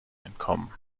entkommen